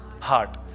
heart